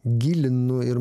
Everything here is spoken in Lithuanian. gilinu ir